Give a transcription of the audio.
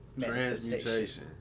Transmutation